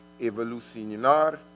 evolucionar